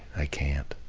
i can't.